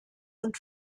und